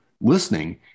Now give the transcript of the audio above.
listening